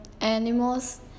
animals